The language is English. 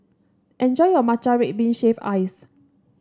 enjoy your Matcha Red Bean Shaved Ice